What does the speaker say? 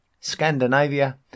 Scandinavia